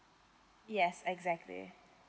yes exactly